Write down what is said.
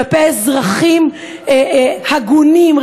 כלפי אזרחים הגונים,